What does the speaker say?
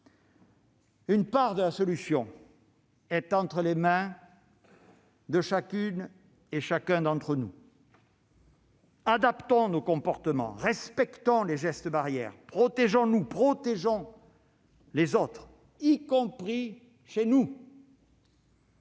Une part de la solution est entre les mains de chacune et chacun d'entre nous. Adaptons nos comportements, respectons les gestes barrières. Protégeons-nous, protégeons les autres, y compris chez nous.